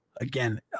again